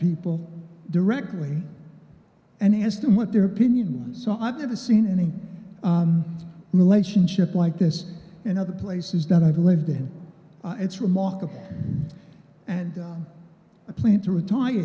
people directly and asked them what their opinion was so i've never seen any relationship like this and other places that i've lived in it's remarkable and i plan to retire